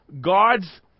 God's